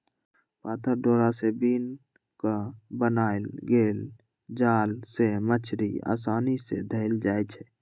पातर डोरा से बिन क बनाएल गेल जाल से मछड़ी असानी से धएल जाइ छै